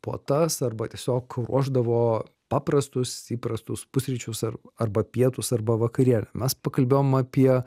puotas arba tiesiog ruošdavo paprastus įprastus pusryčius ar arba pietus arba vakarienę mes pakalbėjom apie